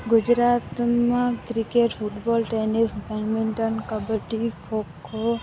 ગુજરાતમાં cricket football tennis badminton kabaddi kho kho